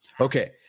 Okay